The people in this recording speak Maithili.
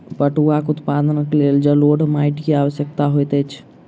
पटुआक उत्पादनक लेल जलोढ़ माइट के आवश्यकता होइत अछि